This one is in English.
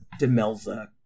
demelza